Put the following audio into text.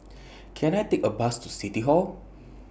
Can I Take A Bus to City Hall